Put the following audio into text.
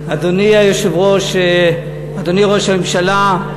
אדוני היושב-ראש, אדוני ראש הממשלה,